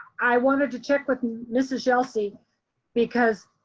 i wanted to check with mrs. yelsey because